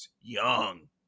young